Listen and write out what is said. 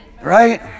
right